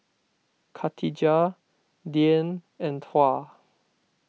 Khatijah Dian and Tuah